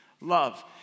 love